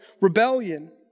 Rebellion